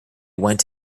went